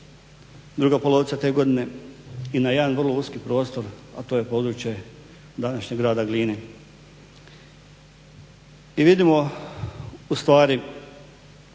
druga polovica te godine i na jedan vrlo uski prostor, a to je područje današnjeg grada Gline. I vidimo u stvari